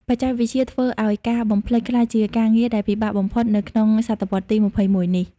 បច្ចេកវិទ្យាធ្វើឱ្យការ "បំភ្លេច" ក្លាយជាការងារដែលពិបាកបំផុតនៅក្នុងសតវត្សទី ២១ នេះ។